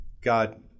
God